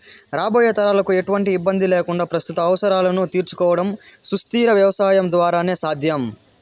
రాబోయే తరాలకు ఎటువంటి ఇబ్బంది లేకుండా ప్రస్తుత అవసరాలను తీర్చుకోవడం సుస్థిర వ్యవసాయం ద్వారానే సాధ్యం